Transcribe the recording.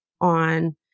on